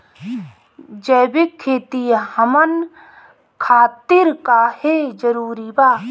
जैविक खेती हमन खातिर काहे जरूरी बा?